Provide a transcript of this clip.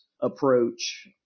approach